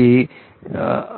और